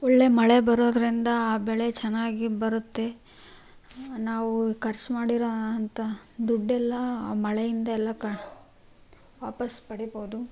ಒಳ್ಳೆಯ ಮಳೆ ಬರೋದರಿಂದ ಬೆಳೆ ಚೆನ್ನಾಗಿ ಬರುತ್ತೆ ನಾವು ಖರ್ಚು ಮಾಡಿರೋ ಅಂಥ ದುಡ್ಡೆಲ್ಲ ಮಳೆಯಿಂದೆಲ್ಲ ಕ ವಾಪಸ್ಸು ಪಡೀಬೋದು